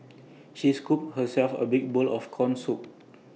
she scooped herself A big bowl of Corn Soup